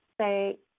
Say